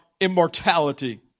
immortality